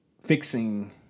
fixing